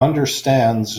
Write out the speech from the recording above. understands